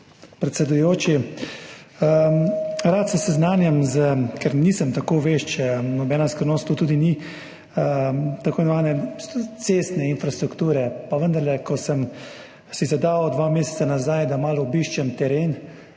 predsedujoči. Rad se seznanjam, ker nisem tako vešč, to ni nobena skrivnost, tako imenovane cestne infrastrukture. Pa vendarle, odkar sem si zadal dva meseca nazaj, da malo obiščem teren,